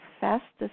fastest